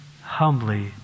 humbly